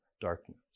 darkness